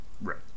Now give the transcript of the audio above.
Right